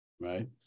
right